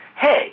hey